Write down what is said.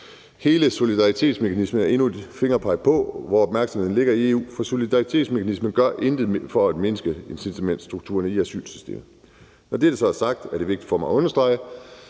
Hele solidaritetsmekanismen er endnu et fingerpeg om, hvor opmærksomheden ligger i EU, for solidaritetsmekanismen gør intet for at mindske incitamentsstrukturerne i asylsystemet. Når det så er sagt, er det vigtigt for mig at understrege,